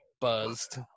buzzed